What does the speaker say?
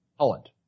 Holland